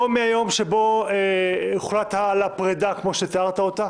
לא מהיום שבו הוחלט על הפרידה, כמו שתיארת אותה